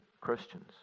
Christians